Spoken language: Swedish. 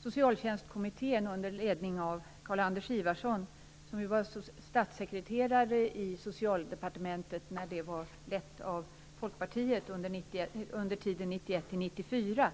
Socialtjänstkommittén under ledning av Carl Anders Ifvarsson, som var statssekreterare i Socialdepartementet när detta leddes av Folkpartiet under tiden 1991 till 1994,